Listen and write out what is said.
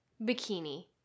bikini